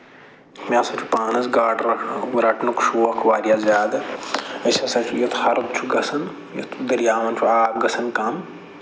مےٚ سا چھُ پانَس گاڈٕ رٹنُک رَٹنُک شوق واریاہ زیادٕ أسۍ ہسا چھِ ییٚلہِ ہرُد چھُ گژھان یتھ دٔریاوَن چھُ آب گژھان کَم